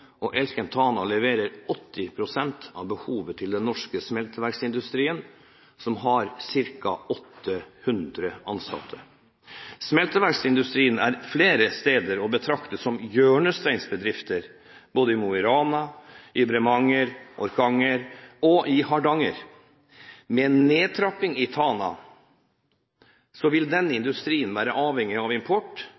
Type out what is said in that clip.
Elkem Tana leverer 80 pst. av behovet til den norske smelteverksindustrien, som har ca. 800 ansatte. Smelteverksindustrien er flere steder å betrakte som hjørnesteinsbedrifter, både i Mo i Rana, i Bremanger, i Orkanger og i Hardanger. En nedtrapping i Tana vil føre til at den